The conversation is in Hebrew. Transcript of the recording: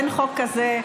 אין חוק כזה.